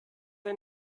ein